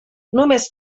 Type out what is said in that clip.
només